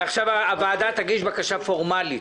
עכשיו הוועדה תגיש בקשה פורמלית.